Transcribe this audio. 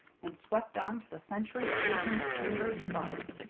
and swept on to the century-seasoned timbers above.